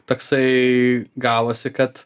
toksai gavosi kad